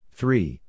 Three